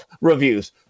reviews